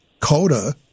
Coda